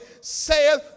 saith